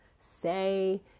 say